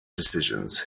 decisions